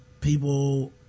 people